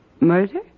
murder